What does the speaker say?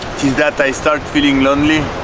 that i start feeling lonely